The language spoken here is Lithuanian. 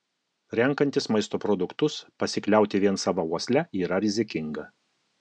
renkantis maisto produktus pasikliauti vien sava uosle yra rizikinga